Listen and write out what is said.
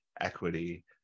Equity